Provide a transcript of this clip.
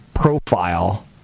profile